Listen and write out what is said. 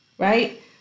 Right